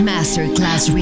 Masterclass